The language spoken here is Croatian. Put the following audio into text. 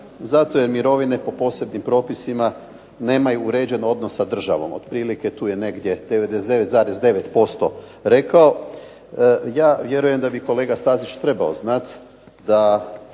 zato jer mirovine po posebnim propisima nemaju uređen odnos sa državom, otprilike tu je negdje 99,9% rekao. Ja vjerujem da bi kolega Stazić trebao znat da